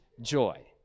joy